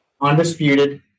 Undisputed